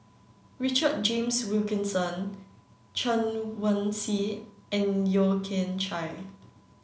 Richard James Wilkinson Chen Wen Hsi and Yeo Kian Chye